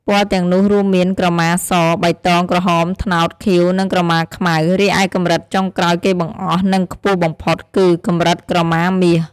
ពណ៌ទាំងនោះរួមមាន ក្រមាស បៃតង ក្រហម ត្នោត ខៀវ និងក្រមាខ្មៅ។ រីឯកម្រិតចុងក្រោយគេបង្អស់ និងខ្ពស់បំផុតគឺ កម្រិតក្រមាមាស។